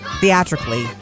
theatrically